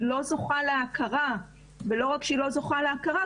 היא לא זוכה להכרה ולא רק שהיא לא זוכה להכרה,